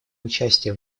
участие